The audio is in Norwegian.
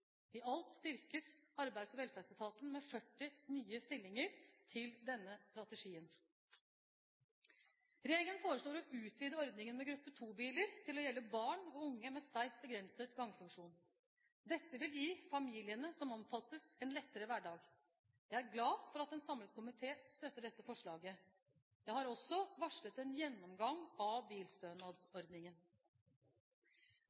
I alt styrkes Arbeids- og velferdsetaten med 40 nye stillinger til denne strategien. Regjeringen foreslår å utvide ordningen med gruppe 2-biler til å gjelde barn og unge med sterkt begrenset gangfunksjon. Dette vil gi familiene som omfattes, en lettere hverdag. Jeg er glad for at en samlet komité støtter dette forslaget. Jeg har også varslet en gjennomgang av